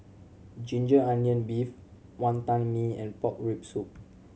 ginger onion beef Wantan Mee and pork rib soup